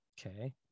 Okay